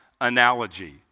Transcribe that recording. analogy